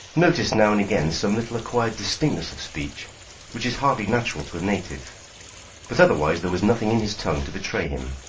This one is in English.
noticed now and again some little acquired distinctness of speech which is hardly natural to a native but otherwise there was nothing in his tongue to betray him.